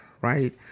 right